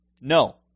No